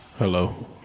Hello